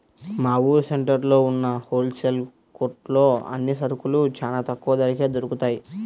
మా ఊరు సెంటర్లో ఉన్న హోల్ సేల్ కొట్లో అన్ని సరుకులూ చానా తక్కువ ధరకే దొరుకుతయ్